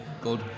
good